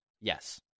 Yes